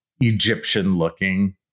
Egyptian-looking